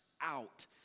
out